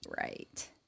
right